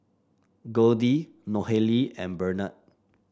Goldie Nohely and Bernard